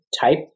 type